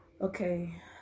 okay